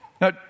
Now